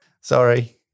sorry